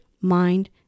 mind